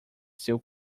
seu